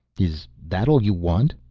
is that all you want?